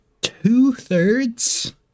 Two-thirds